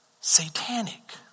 satanic